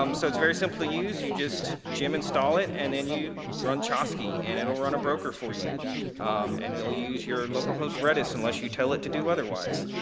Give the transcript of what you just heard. um so it's very simply used. you just gem-install it and then you run chasqui and it'll run a broker for you and it'll use your local host redist unless you tell it to do otherwise.